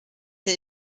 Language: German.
der